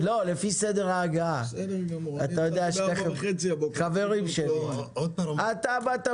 כי זה באמת דיון מאוד חשוב וקריטי לאנשים